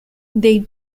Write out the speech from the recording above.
they